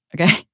Okay